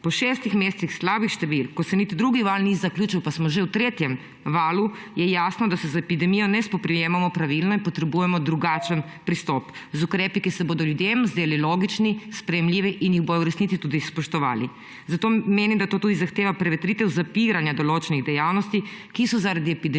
Po šestih mesecih slabih številk, ko se niti drugi val ni zaključil pa smo že v tretjem valu, je jasno, da se z epidemijo ne spoprijemamo pravilno in potrebujemo drugačen pristop. Z ukrepi, ki se bodo ljudem zdeli logični, sprejemljivi in jih bodo v resnici tudi spoštovali. Zato menim, da to tudi zahteva prevetritev zapiranja določenih dejavnosti, ki so zaradi epidemije